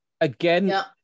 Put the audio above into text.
again